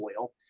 oil